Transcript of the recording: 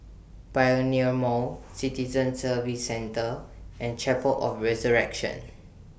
Pioneer Mall Citizen Services Centre and Chapel of Resurrection